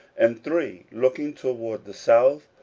and three looking toward the south,